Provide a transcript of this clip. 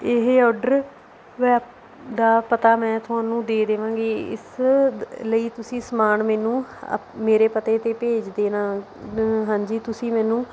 ਇਹ ਓਡਰ ਦਾ ਪਤਾ ਮੈਂ ਤੁਹਾਨੂੰ ਦੇ ਦੇਵਾਂਗੀ ਇਸ ਲਈ ਤੁਸੀਂ ਸਮਾਨ ਮੈਨੂੰ ਆ ਮੇਰੇ ਪਤੇ 'ਤੇ ਭੇਜ ਦੇਣਾ ਹਾਂਜੀ ਤੁਸੀਂ ਮੈਨੂੰ